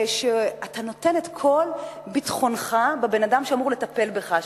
אתה נותן את כל ביטחונך בבן-אדם שאמור לטפל בך,